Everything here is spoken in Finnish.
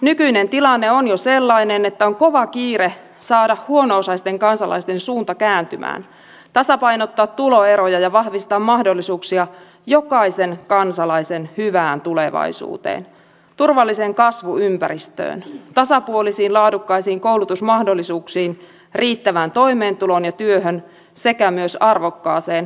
nykyinen tilanne on jo sellainen että on kova kiire saada huono osaisten kansalaisten suunta kääntymään tasapainottaa tuloeroja ja vahvistaa mahdollisuuksia jokaisen kansalaisen hyvään tulevaisuuteen turvalliseen kasvuympäristöön tasapuolisiin laadukkaisiin koulutusmahdollisuuksiin riittävään toimeentuloon ja työhön sekä myös arvokkaaseen vanhuuteen